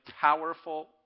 powerful